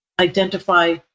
identify